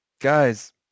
Guys